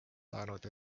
saanud